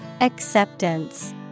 Acceptance